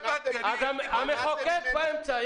המחוקק באמצע.